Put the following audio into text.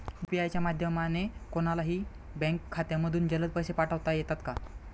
UPI च्या माध्यमाने कोणलाही बँक खात्यामधून जलद पैसे पाठवता येतात का?